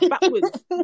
backwards